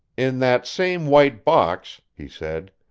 in that same white box, he said,